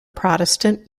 protestant